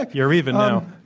like you're even now.